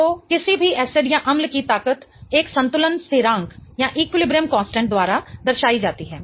तो किसी भी एसिड अम्ल की ताकत एक संतुलन स्थिरांक द्वारा दर्शायी जाती है